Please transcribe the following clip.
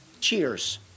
Cheers